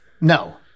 No